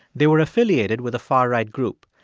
they were affiliated with a far-right group.